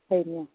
ହେଇ ନିଅ